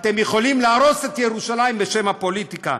אתם יכולים להרוס את ירושלים בשם הפוליטיקה,